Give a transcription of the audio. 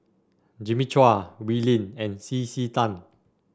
Jimmy Chua Wee Lin and C C Tan